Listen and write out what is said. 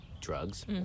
drugs